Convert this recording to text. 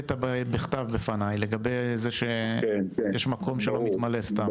שהעלית במכתב לפני לגבי זה שיש מקום שלא מתמלא סתם.